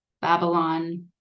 Babylon